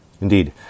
Indeed